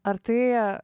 ar tai